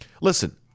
listen